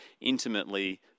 intimately